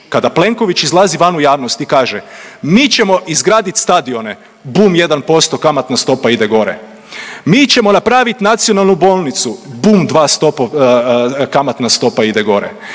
kada Plenković izlazi van u javnosti i kaže mi ćemo izgradit stadione, bum 1% kamatna stopa ide gore, mi ćemo napravit nacionalnu bolnicu, bum 2 stopa, kamatna stopa ide gore,